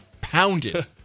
pounded